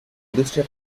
industria